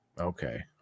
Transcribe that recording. okay